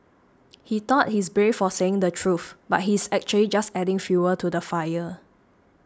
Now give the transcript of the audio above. he thought he's brave for saying the truth but he's actually just adding fuel to the fire